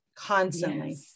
Constantly